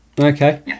Okay